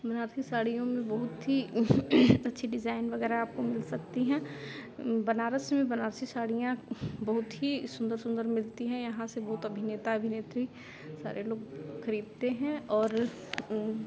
बनारसी साड़ियों में बहुत ही अच्छी डिज़ाइन वग़ैरह आपको मिल सकती हैं बनारस में बनारसी साड़ियाँ बहुत ही सुन्दर सुन्दर मिलती हैं यहाँ से बहुत अभिनेता अभिनेत्री सारे लोग खरीदते हैं और